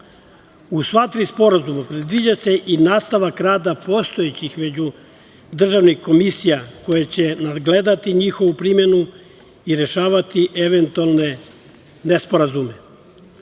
sva tri sporazuma predviđa se i nastavak rada postojećih međudržavnih komisija koje će nadgledati njihovu primenu i rešavati eventualne nesporazume.